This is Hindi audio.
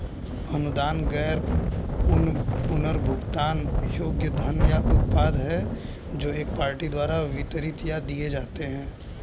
अनुदान गैर पुनर्भुगतान योग्य धन या उत्पाद हैं जो एक पार्टी द्वारा वितरित या दिए जाते हैं